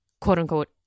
quote-unquote